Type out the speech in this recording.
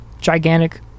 gigantic